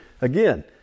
again